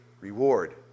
reward